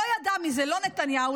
לא ידע מזה לא נתניהו,